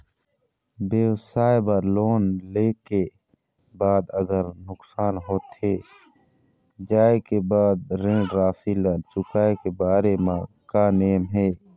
व्यवसाय बर लोन ले के बाद अगर नुकसान होथे जाय के बाद ऋण राशि ला चुकाए के बारे म का नेम हे?